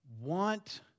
Want